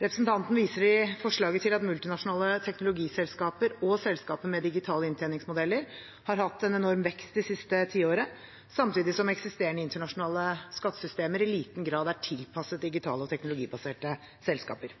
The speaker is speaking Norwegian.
Representanten viser i forslaget til at multinasjonale teknologiselskaper og selskaper med digitale inntjeningsmodeller har hatt en enorm vekst det siste tiåret, samtidig som eksisterende internasjonale skattesystemer i liten grad er tilpasset digitale og teknologibaserte selskaper.